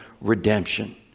redemption